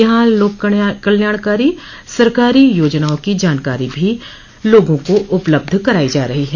यहां लोक कल्याणकारी सरकारी योजनाओं की जानकारी भी लोगों को उपलब्ध करायी जा रही है